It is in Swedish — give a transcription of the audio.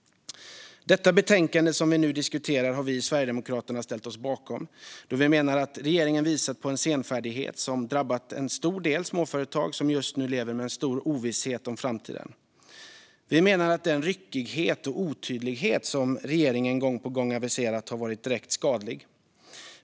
Dets betänkande som vi nu diskuterar har vi i Sverigedemokraterna ställt oss bakom, då vi menar att regeringen visat på en senfärdighet som drabbat en stor del småföretag som just nu lever med en stor ovisshet om framtiden. Vi menar att den ryckighet och otydlighet som regeringen gång på gång visat har varit direkt skadlig.